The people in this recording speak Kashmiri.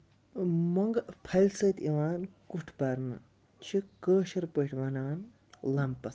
مۄنگہٕ پھلہِ سۭتۍ یِوان کُٹھ بَرنہٕ یہِ چھِ کٲشِر پٲٹھۍ وَنان لَمپس